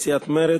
מסיעת מרצ,